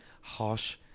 harsh